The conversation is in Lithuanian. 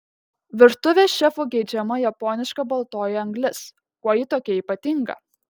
virtuvės šefų geidžiama japoniška baltoji anglis kuo ji tokia ypatinga